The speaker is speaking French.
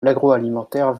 l’agroalimentaire